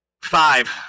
five